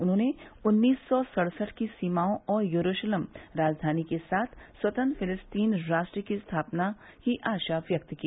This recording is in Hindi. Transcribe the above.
उन्होने उन्नीस सौ सड़सठ की सीमाओं और येरूशलम राजधानी के साथ स्वतंत्र फिलीस्तीन राष्ट्र की स्थापना की आशा व्यक्त की